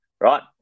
right